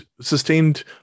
sustained